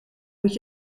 moet